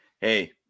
Hey